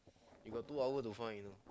you got two hour to find you know